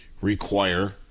require